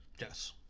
Yes